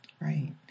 Right